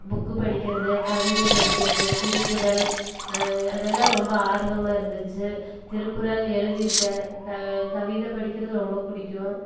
book படிக்கிறது கவிதை படிக்கிறது திருக்குறள் அதெல்லாம் ரொம்ப ஆர்வமாக இருந்துச்சு திருக்குறள் எழுதிருக்கேன் க கவிதை படிக்கிறது ரொம்ப பிடிக்கும்